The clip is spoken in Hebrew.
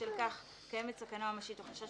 ובשל כך קיימת סכנה ממשית או חשש